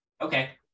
okay